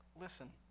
Listen